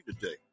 today